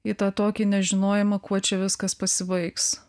į tą tokį nežinojimą kuo čia viskas pasibaigs